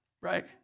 Right